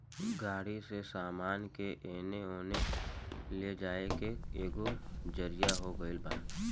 गाड़ी से सामान के एने ओने ले जाए के एगो जरिआ हो गइल बा